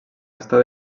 estar